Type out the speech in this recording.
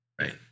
Right